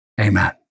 Amen